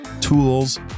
tools